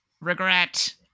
Regret